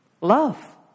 Love